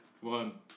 One